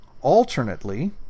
alternately